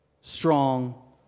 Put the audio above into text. strong